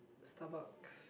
Starbucks